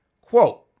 Quote